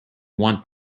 want